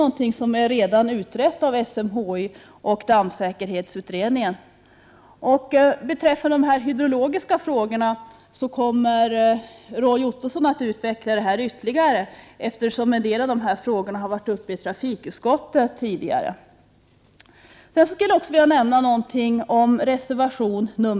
Den här frågan är redan utredd av SMHI och dammsäkerhetsutredningen. Roy Ottosson kommer när det gäller de hydrologiska frågorna att utveckla detta ytterligare, eftersom en del av dessa frågor tidigare varit uppe till behandling i trafikutskottet. Jag vill också nämna något om reservation 5.